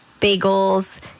bagels